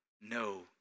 no